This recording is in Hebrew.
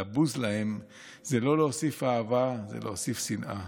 לבוז להם זה לא להוסיף אהבה, זה להוסיף שנאה.